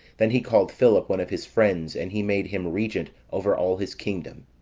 then he called philip, one of his friends, and he made him regent over all his kingdom.